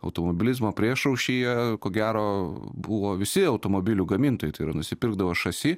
automobilizmo priešaušryje ko gero buvo visi automobilių gamintojai tai yra nusipirkdavo šasi